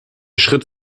schritt